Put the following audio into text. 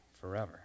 forever